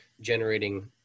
generating